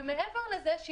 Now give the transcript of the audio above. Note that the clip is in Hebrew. ומעבר לזה,